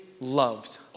loved